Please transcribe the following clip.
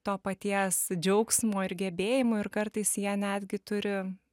to paties džiaugsmo ir gebėjimų ir kartais jie netgi turi